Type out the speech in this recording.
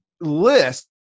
list